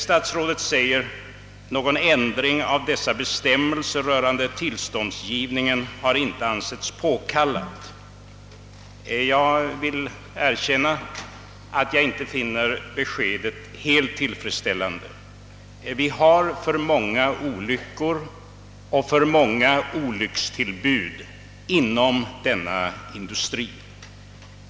Statsrådet säger: »Någon ändring av dessa bestämmelser rörande tillståndsgivningen har inte ansetts påkallad.» Jag vill erkänna att jag inte finner beskedet helt tillfredsställande. Vi har för många olyckor och olyckstillbud inom denna industri.